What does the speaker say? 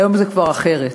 היום זה כבר אחרת.